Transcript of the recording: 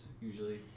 usually